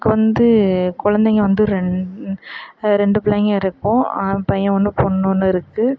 எனக்கு வந்து கொழந்தைங்க வந்து ரெண் ரெண்டு பிள்ளைங்க இருக்கும் பையன் ஒன்று பெண்ணு ஒன்று இருக்குது